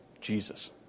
Jesus